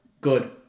good